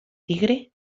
tigre